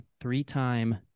three-time